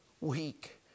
week